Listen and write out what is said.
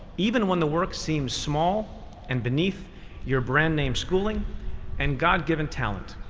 even when the work seems small and beneath your brand name schooling and god-given talent.